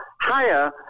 higher